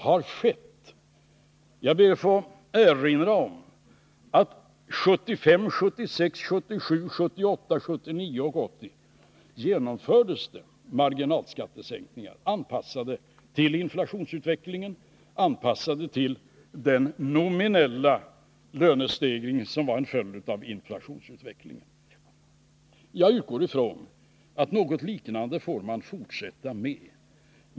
Jag ber att få erinra om att 1975, 1976, 1977, 1978, 1979 och 1980 genomfördes det marginalskattesänkningar, anpassade till inflationsutvecklingen, anpassade till den nominella lönestegring som var en följd av inflationsutvecklingen. Jag utgår ifrån att något liknande får man fortsätta med.